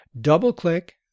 Double-click